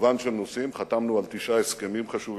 במגוון של נושאים, חתמנו על תשעה הסכמים חשובים,